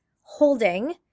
holding